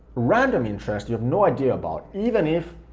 random interests, you have no idea about even if,